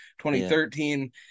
2013